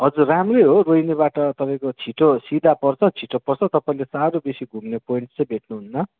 हजुर राम्रै हो रोहिनीबाट तपाईँको छिटो सिधा पर्छ छिटो पर्छ तपाईँले साह्रो बेसि घुम्ने पोइन्ट चाहिँ भेट्नुहुन्न